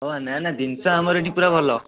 ହଁ ନା ନା ଜିନିଷ ଆମର ଏଠି ପୁରା ଭଲ